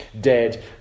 dead